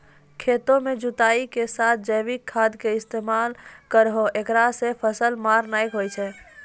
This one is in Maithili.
खेतों के जुताई के साथ जैविक खाद के इस्तेमाल करहो ऐकरा से फसल मार नैय होय छै?